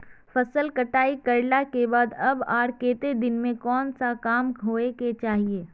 फसल कटाई करला के बाद कब आर केते दिन में कोन सा काम होय के चाहिए?